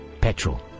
Petrol